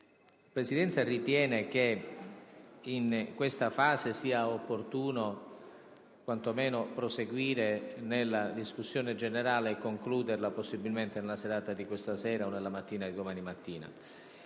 La Presidenza ritiene che in questa fase sia opportuno quanto meno proseguire nella discussione generale e concluderla, possibilmente, entro questa sera o domani mattina.